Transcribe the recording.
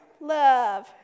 love